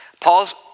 Paul's